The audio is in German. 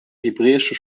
hebräische